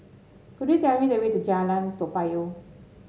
could you tell me the way to Jalan Toa Payoh